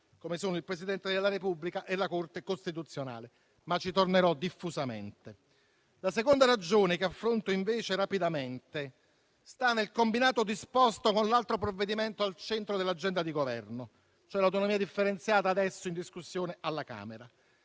come sono il Presidente della Repubblica e la Corte costituzionale (ma ci tornerò diffusamente). La seconda ragione, che affronto invece rapidamente, sta nel combinato disposto con l'altro provvedimento al centro dell'agenda di Governo, quello sull'autonomia differenziata, adesso in discussione alla Camera.